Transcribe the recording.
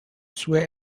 swear